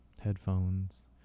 headphones